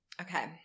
Okay